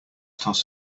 toss